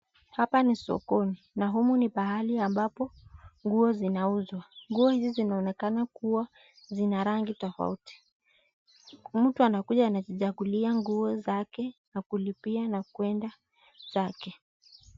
Hapa ni sokoni na humu ni pahali ambapo nguo zinauzwa nguo hizi zinaonekana kuwa zina rangi tofauti mtu anakuja anajichagulia nguo zake na kulipia na kwenda zake.